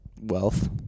Wealth